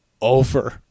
over